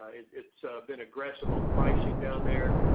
it's been aggressive on pricing down there.